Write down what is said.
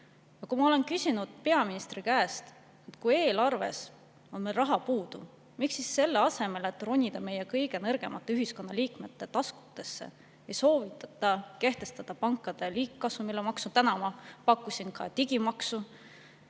all. Ma olen küsinud peaministri käest, et kui eelarves on raha puudu, miks siis selle asemel, et ronida meie kõige nõrgemate ühiskonnaliikmete taskusse, ei soovita kehtestada pankade liigkasumi maksu. Täna ma pakkusin ka digimaksu.